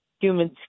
humans